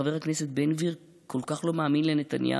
חבר הכנסת בן גביר כל כך לא מאמין לנתניהו,